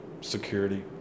security